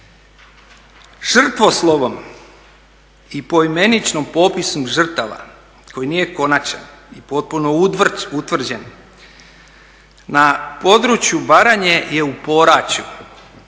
Žrtvoslovom i poimeničnom popisu žrtava koji nije konačan i potpuno utvrđen na području Baranje je u …